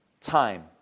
time